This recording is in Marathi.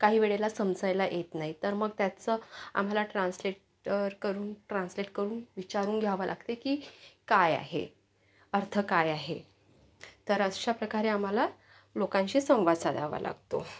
काही वेळेला समजायला येत नाही तर मग त्याचं आम्हाला ट्रान्सलेटर करून ट्रान्सलेट करून विचारून घ्यावं लागते की काय आहे अर्थ काय आहे तर अशाप्रकारे आम्हाला लोकांशी संवाद साधावा लागतो